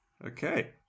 Okay